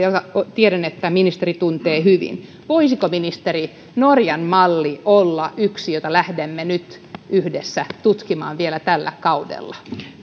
tiedän että ministeri tuntee sen hyvin voisiko ministeri norjan malli olla yksi jota lähdemme nyt yhdessä tutkimaan vielä tällä kaudella